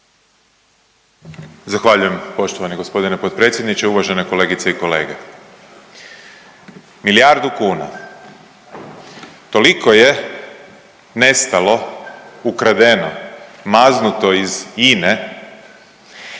Zahvaljujem poštovani gospodine potpredsjedniče. Uvažene kolegice i kolege, milijardu kuna toliko je nestalo, ukradeno, maznuto iz